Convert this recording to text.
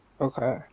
Okay